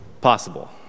possible